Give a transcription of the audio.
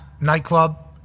nightclub